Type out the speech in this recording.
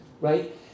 right